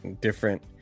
different